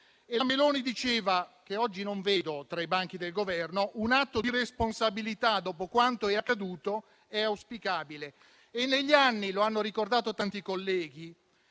Meloni, che oggi non vedo tra i banchi del Governo, diceva: un atto di responsabilità, dopo quanto accaduto, è auspicabile. E negli anni, come hanno ricordato tanti colleghi,